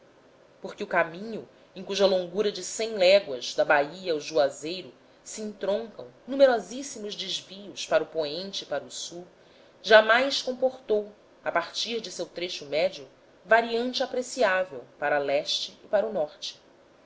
porque o caminho em cuja longura de cem léguas da bahia ao juazeiro se entroncam numerosíssimos desvios para o poente e para o sul jamais comportou a partir de seu trecho médio variante apreciável para leste e para o norte